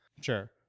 Sure